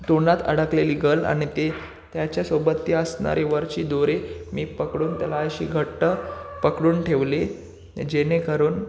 तोंडात अडकलेली गळ आणि ते त्याच्यासोबत ती असणारी वरची दोरी मी पकडून त्याला अशी घट्ट पकडून ठेवली जेणेकरून